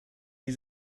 die